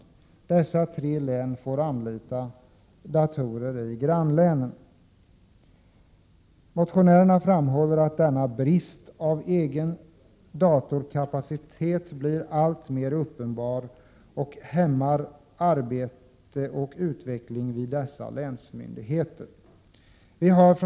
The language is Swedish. Dessa tre län får anlita datorer i grannlänen. Motionärerna framhåller att denna brist på egen datorkapacitet blir alltmer uppenbar och hämmar arbete och utveckling vid länsmyndigheterna i dessa län.